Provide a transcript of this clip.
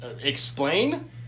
Explain